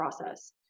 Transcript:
process